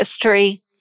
history